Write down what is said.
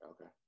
Okay